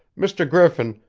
mr. griffin,